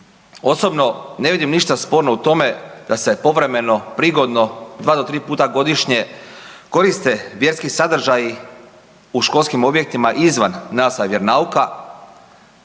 Osobno ne vidim ništa sporno u tome da se povremeno, prigodno 2 do 3 puta godišnje koriste vjerski sadržaji u školskim objektima izvan nastave vjeronauka